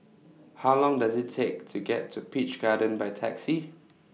How Long Does IT Take to get to Peach Garden By Taxi